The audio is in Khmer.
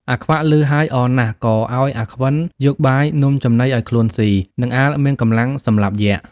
អាខ្វាក់ លឺហើយអរណាស់ ក៏ឲ្យអាខ្វិនយលបាយនំចំណីឱ្យខ្លួនស៊ី នឹងអាលមានកំលាំងសម្លាប់យក្យ